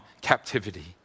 captivity